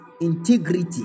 integrity